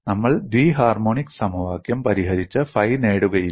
നമ്മൾ ദ്വി ഹാർമോണിക് സമവാക്യം പരിഹരിച്ച് ഫൈ നേടുകയില്ല